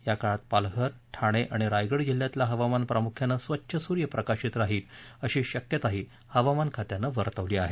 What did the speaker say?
याकाळात पालघर ठाणे आणि रायगड जिल्ह्यात हवामान प्रामुख्यानं स्वच्छ सुर्यप्रकाशित राहण्याची शक्यताही हवामान खात्यानं वर्तवली आहे